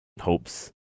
hopes